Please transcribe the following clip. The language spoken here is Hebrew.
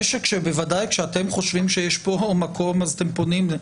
בוודאי כשאתם חושבים שיש פה מקום, אז אתם פונים.